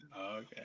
okay